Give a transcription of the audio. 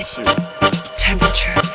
Temperature